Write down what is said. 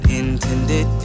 intended